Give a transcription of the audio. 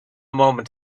moment